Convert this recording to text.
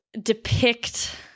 depict